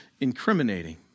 incriminating